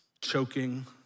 choking